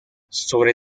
sobre